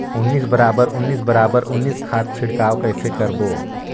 उन्नीस बराबर उन्नीस बराबर उन्नीस खाद छिड़काव कइसे करबो?